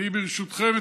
ברשותכם,